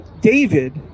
David